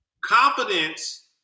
Confidence